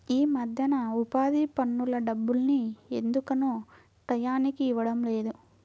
యీ మద్దెన ఉపాధి పనుల డబ్బుల్ని ఎందుకనో టైయ్యానికి ఇవ్వడం లేదు